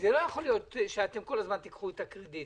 לא יכול להיות שאתם כל הזמן תיקחו את הקרדיט,